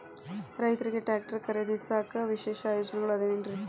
ರೈತರಿಗೆ ಟ್ರ್ಯಾಕ್ಟರ್ ಖರೇದಿಸಾಕ ವಿಶೇಷ ಯೋಜನೆಗಳು ಅದಾವೇನ್ರಿ?